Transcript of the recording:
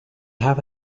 have